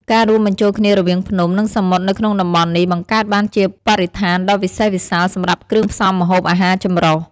ការរួមបញ្ចូលគ្នារវាងភ្នំ និងសមុទ្រនៅក្នុងតំបន់នេះ បង្កើតបានជាបរិស្ថានដ៏វិសេសវិសាលសម្រាប់គ្រឿងផ្សំម្ហូបអាហារចម្រុះ។